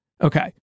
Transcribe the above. Okay